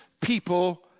people